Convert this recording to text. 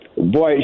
Boy